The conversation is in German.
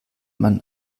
man